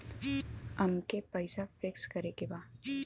अमके पैसा फिक्स करे के बा?